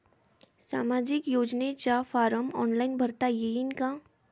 सामाजिक योजनेचा फारम ऑनलाईन भरता येईन का?